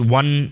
one